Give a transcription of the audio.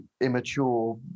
immature